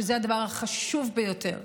שזה הדבר החשוב ביותר,